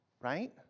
right